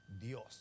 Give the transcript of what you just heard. Dios